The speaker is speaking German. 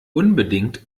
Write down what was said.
unbedingt